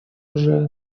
уже